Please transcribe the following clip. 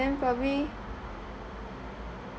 then probably